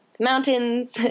mountains